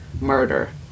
murder